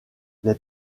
les